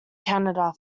canada